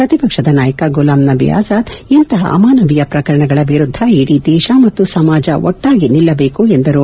ಪ್ರತಿಪಕ್ಷದ ನಾಯಕ ಗುಲಾಂ ನಬಿ ಆಜಾದ್ ಇಂತಪ ಅಮಾನವೀಯ ಪ್ರಕರಣಗಳ ವಿರುದ್ಧ ಇಡೀ ದೇಶ ಮತ್ತು ಸಮಾಜ ಒಟ್ಟಾಗಿ ನಿಲ್ಲಬೇಕು ಎಂದರು